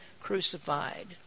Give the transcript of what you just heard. crucified